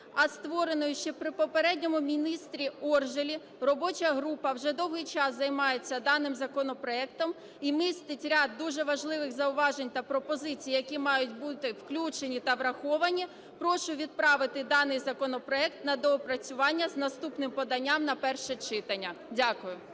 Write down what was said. а створена ще при попередньому міністрі Оржелі робоча група вже довгий час займається даним законопроектом і містить ряд дуже важливих зауважень та пропозицій, які мають бути включені та враховані, прошу відправити даний законопроект на доопрацювання з наступним поданням на перше читання. Дякую.